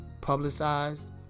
publicized